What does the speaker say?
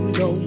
no